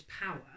power